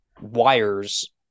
wires